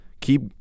keep